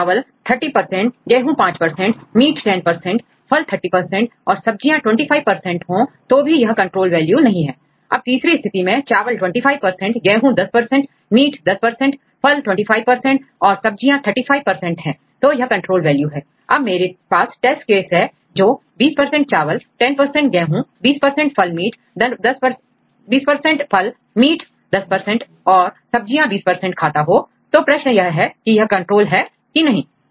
यदि चावल 30 गेहूं 5 मीट 10 फल 30 और सब्जियां 25 परसेंट हो तो भी यह कंट्रोल्ड वैल्यू नहीं है A So अब तीसरी स्थिति में चावल 25 गेहूं 10 मीट 10फल 25 परसेंट और सब्जियां 35 है तो यह कंट्रोल्ड वैल्यू है अब मेरे पास टेस्ट केस है जो 20 चावल 10 परसेंट गेहूं 20 फल मीट 10 और सब्जियां 20 परसेंट खाता हो तो प्रश्न यह है कि यह कंट्रोल है कि नहीं